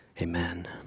Amen